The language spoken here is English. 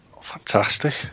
Fantastic